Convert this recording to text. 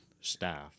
staff